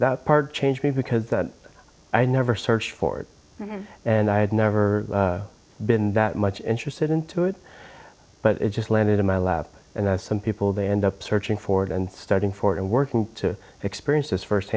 that part changed me because i never searched for it and i had never been that much interested into it but it just landed in my lap and some people they end up searching for it and studying for it and working to experience this first